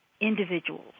individuals